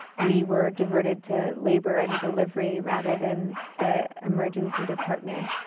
we were diverted to labor and delivery rather than the emergency department,